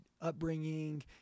upbringing